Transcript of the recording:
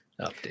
update